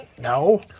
No